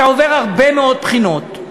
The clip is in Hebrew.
אתה עובר הרבה מאוד בחינות.